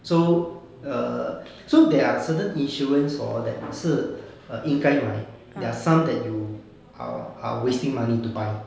so err so there are certain insurance hor that 是 err 应该买 there are some that you are wasting money to buy